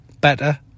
better